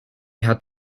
had